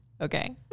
okay